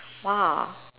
!wah!